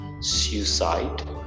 suicide